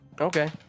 okay